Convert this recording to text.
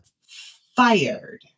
fired